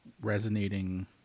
resonating